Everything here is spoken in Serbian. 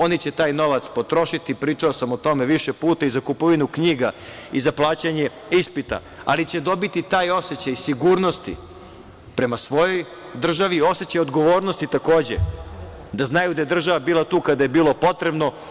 Oni će taj novac potrošiti, pričao sam o tome više puta, i za kupovinu knjiga, i za plaćanje ispita, ali će dobiti taj osećaj sigurnosti prema svojoj državi i osećaj odgovornosti takođe, da znaju da je država bila tu kada je bilo potrebno.